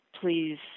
please